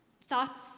thoughts